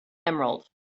emerald